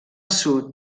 sud